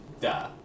Duh